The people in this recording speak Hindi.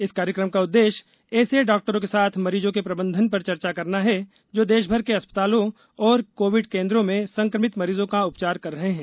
इस कार्यक्रम का उद्देश्य ऐसे डॉक्टरो के साथ मरीजों के प्रबंधन पर चर्चा करना है जो देशभर के अस्पतालों और कोविड केन्द्रों में संक्रमित मरीजों का उपचार कर रहे हैं